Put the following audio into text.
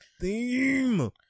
theme